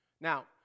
Now